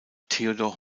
theodor